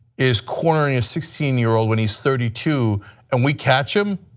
is cornering a sixteen year old when he is thirty two and we catch him,